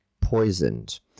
poisoned